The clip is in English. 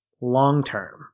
long-term